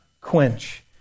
quench